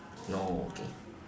no okay